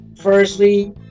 firstly